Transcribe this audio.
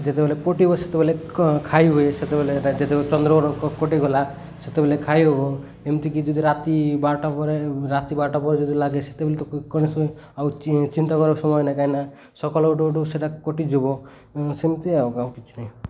ଯେତେବେଲେ କଟିବ ସେତେବେଲେ ଖାଇ ହୁଏ ସେତେବେଲେ ଯେତେବେଳେ ଚନ୍ଦ୍ରର କ କଟିଗଲା ସେତେବେଲେ ଖାଇ ହେବ ଏମିତିକି ଯଦି ରାତି ବାରଟା ପରେ ରାତି ବାରଟା ପରେ ଯଦି ଲାଗେ ସେତେବେଲେ ତ କୌଣସି ଆଉ ଚିନ୍ତା କରିବା ସମୟ ନାହିଁ କାହିଁକି ନା ସକାଳ ଉଠୁ ଉଠୁ ସେଇଟା କଟିଯିବ ସେମିତି ଆଉ କ'ଣ ଆଉ କିଛି ନାହିଁ